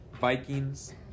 vikings